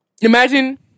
Imagine